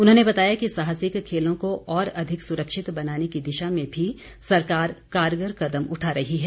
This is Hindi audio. उन्होंने बताया कि साहसिक खेलों को और अधिक सुरक्षित बनाने की दिशा में भी सरकार कारगर कदम उठा रही है